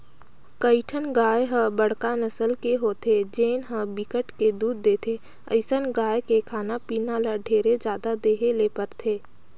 कइठन गाय ह बड़का नसल के होथे जेन ह बिकट के दूद देथे, अइसन गाय के खाना पीना ल ढेरे जादा देहे ले परथे